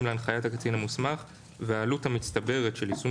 להנחיית הקצין המוסמך והעלות המצטברת של יישום